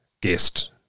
guest